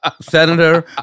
Senator